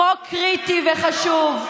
חוק קריטי וחשוב,